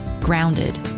grounded